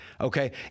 Okay